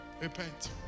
repent